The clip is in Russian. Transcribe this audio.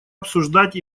обсуждать